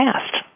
past